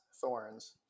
thorns